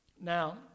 Now